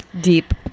Deep